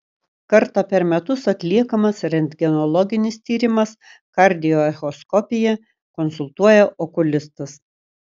kartą per metus atliekamas rentgenologinis tyrimas kardioechoskopija konsultuoja okulistas